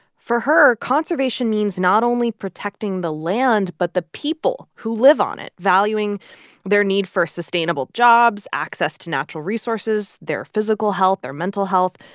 for her, conservation means not only protecting the land but the people who live on it valuing their need for sustainable jobs, access to natural resources, their physical health, their mental health.